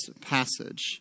passage